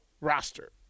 roster